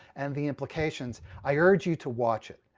and the implications, i urge you to watch it.